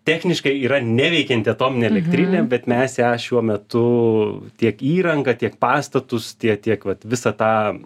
techniškai yra neveikianti atominė elektrinė bet mes ją šiuo metu tiek įrangą tiek pastatus tie tiek vat visą tą